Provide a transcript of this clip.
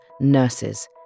nurses